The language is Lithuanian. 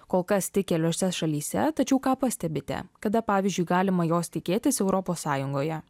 kol kas tik keliose šalyse tačiau ką pastebite kada pavyzdžiui galima jos tikėtis europos sąjungoje